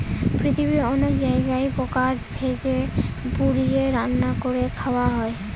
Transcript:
পৃথিবীর অনেক জায়গায় পোকা ভেজে, পুড়িয়ে, রান্না করে খাওয়া হয়